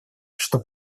что